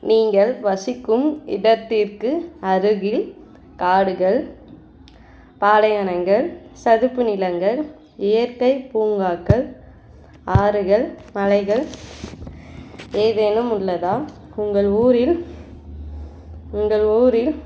நீங்கள் வசிக்கும் இடத்திற்கு அருகில் காடுகள் பாலைவனங்கள் சதுப்பு நிலங்கள் இயற்கை பூங்காக்கள் ஆறுகள் மலைகள் ஏதேனும் உள்ளதா உங்கள் ஊரில் உங்கள் ஊரில்